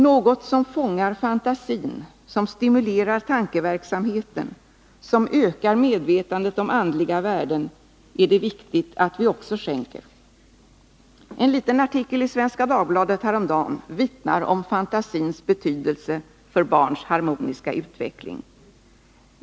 Något som fångar fantasin, som stimulerar tankeverksamheten, som ökar medvetandet om andliga värden är det viktigt att vi också skänker. En liten artikel i Svenska Dagbladet häromdagen vittnar om fantasins betydelse för barns harmoniska utveckling.